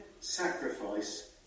sacrifice